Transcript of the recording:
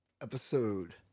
Episode